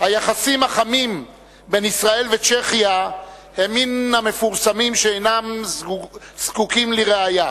היחסים החמים בין ישראל וצ'כיה הם מן המפורסמים שאינם זקוקים לראיה.